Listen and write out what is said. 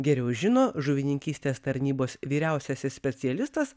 geriau žino žuvininkystės tarnybos vyriausiasis specialistas